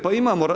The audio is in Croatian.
Pa imamo.